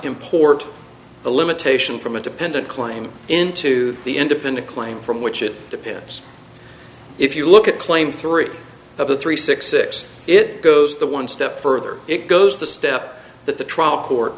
import the limitation from a dependent claim into the independent claim from which it depends if you look at claim three of the three six six it goes the one step further it goes the step that the trial court